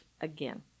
again